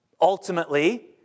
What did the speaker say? ultimately